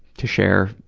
to share,